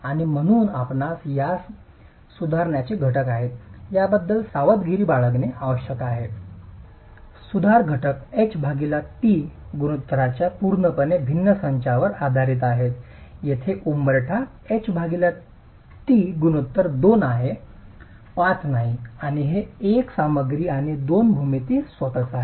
आणि म्हणून आपण यास सुधारण्याचे घटक आहेत याबद्दल सावधगिरी बाळगणे आवश्यक आहे सुधार घटक h t गुणोत्तरांच्या पूर्णपणे भिन्न संचावर आधारित आहेत येथे उंबरठा h t गुणोत्तर 2 आहे 5 नाही आणि हे सामग्री आणि भूमिती स्वतःच आहे